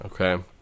okay